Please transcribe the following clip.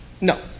no